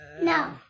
No